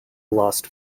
lost